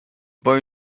boy